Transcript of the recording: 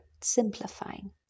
simplifying